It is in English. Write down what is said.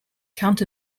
count